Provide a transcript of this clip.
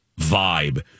vibe